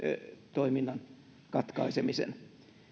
toiminnan katkaisemisen